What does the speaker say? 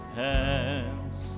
hands